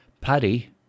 Paddy